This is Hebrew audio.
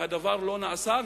והדבר לא נעשה.